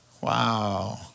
Wow